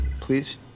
please